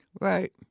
Right